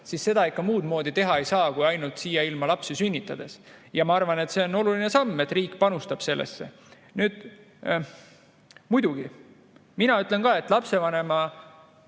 siis seda ikka muudmoodi teha ei saa, kui ainult siia ilma lapsi sünnitades. Ja ma arvan, et see on oluline samm, et riik panustab sellesse. Muidugi, mina ütlen ka, et lapsevanema